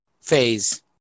phase